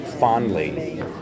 Fondly